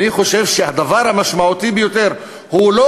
אני חושב שהדבר המשמעותי ביותר הוא לא